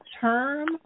term